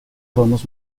vamos